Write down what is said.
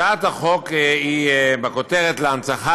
כותרת הצעת החוק: הצעת החוק להנצחת